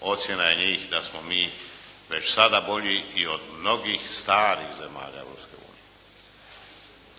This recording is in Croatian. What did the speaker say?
ocjena je njih da smo mi već sada bolji i od mnogih starih zemalja Europske unije.